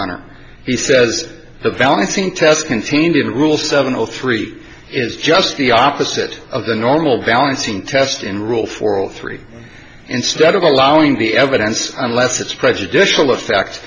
honor he says the balancing test contained in rule seven zero three is just the opposite of the normal balancing test in rule for all three instead of allowing the evidence unless it's prejudicial effect